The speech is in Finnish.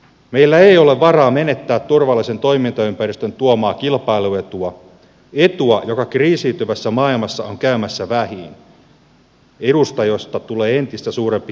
meillä ei ole varaa menettää turvallisen toimintaympäristön tuomaa kilpailuetua etua joka kriisiytyvässä maailmassa on käymässä vähiin etua josta tulee entistä suurempi kilpailuvaltti